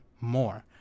more